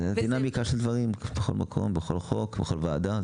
זאת הדינמיקה של הדברים, בכל חוק ובכל וועדה.